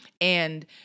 And-